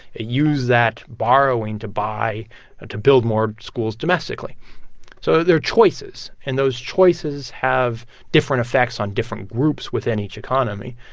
it used that borrowing to buy and to build more schools domestically so there are choices. and those choices have different effects on different groups within each economy.